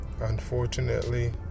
Unfortunately